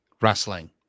wrestling